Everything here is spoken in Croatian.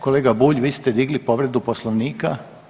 Kolega Bulj vi ste digli povredu Poslovnika.